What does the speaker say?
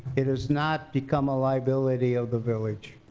it has not become a liability of the village.